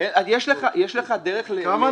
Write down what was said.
יש לך דרך --- סליחה,